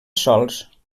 sòls